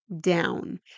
down